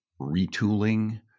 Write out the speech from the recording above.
retooling